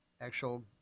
actual